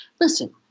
listen